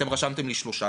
אתם רשמתם לי שלושה.